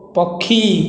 ପକ୍ଷୀ